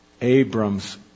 Abram's